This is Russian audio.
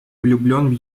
влюблен